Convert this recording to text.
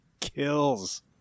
kills